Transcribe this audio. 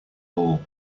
all